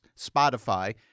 Spotify